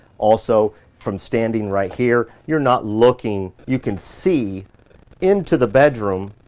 also, from standing right here, you're not looking, you can see into the bedroom,